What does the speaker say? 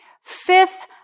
Fifth